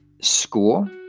school